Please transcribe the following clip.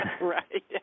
Right